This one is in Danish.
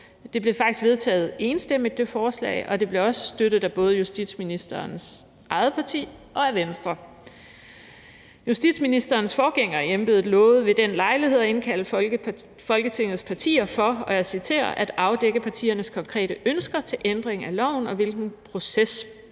faktisk vedtaget enstemmigt, og det blev også støttet af både justitsministerens eget parti og af Venstre. Justitsministerens forgænger i embedet lovede ved den lejlighed at indkalde Folketingets partier for, og jeg citerer: at afdække partiernes konkrete ønsker til ændring af loven, og hvilken proces